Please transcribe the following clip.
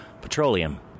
Petroleum